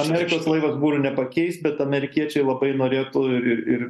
amerikos laivas burių nepakeis bet amerikiečiai labai norėtų ir ir ir